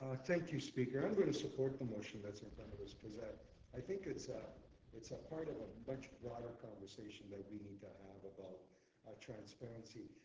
um thank you, speaker. i'm going to support the motion that's in front of us because i i think it's ah it's part of a much broader conversation that we need to have about transparency.